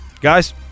Guys